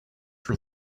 for